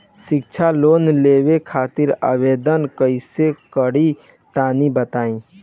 शिक्षा लोन लेवे खातिर आवेदन कइसे करि तनि बताई?